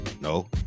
no